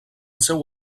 seu